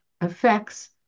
affects